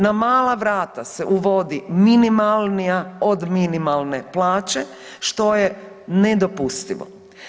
Na mala vrata se uvodi minimalnija od minimalne plaće što je nedopustivo.